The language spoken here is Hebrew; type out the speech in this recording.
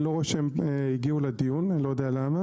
אני לא רואה שהם הגיעו לדיון, לא יודע למה,